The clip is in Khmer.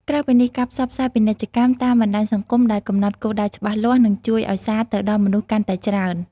ក្រៅពីនេះ ការផ្សព្វផ្សាយពាណិជ្ជកម្មតាមបណ្តាញសង្គមដែលកំណត់គោលដៅច្បាស់លាស់នឹងជួយឲ្យសារទៅដល់មនុស្សកាន់តែច្រើន។